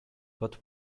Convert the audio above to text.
but